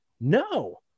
No